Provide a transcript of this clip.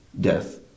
death